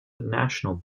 national